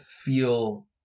feel